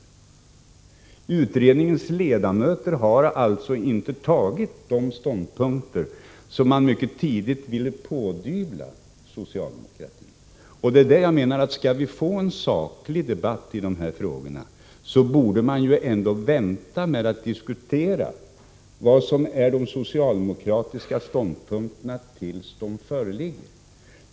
Utredningens ledamöter har inte intagit de ståndpunkter som man mycket tidigt ville pådyvla socialdemokratin. Skall vi få en saklig debatt i de här frågorna, bör man ändå vänta med att diskutera vad som är de socialdemokratiska ståndpunkterna till dess de föreligger.